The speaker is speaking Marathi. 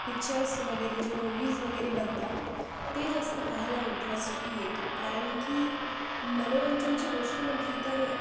पिक्चर्स वगैरे जे मूवीज वगैरे बनतात ते जास्त पाहायला इंटरेस्ट येतो कारण की मनोरंजनची गोष्ट म्हटली तर